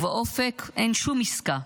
ובאופק אין שום עסקה,